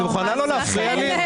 את מוכנה לא להפריע לי?